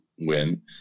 win